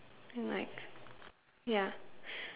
and like ya